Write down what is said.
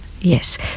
yes